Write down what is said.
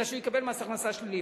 אלא שהוא יקבל מס הכנסה שלילי,